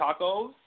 tacos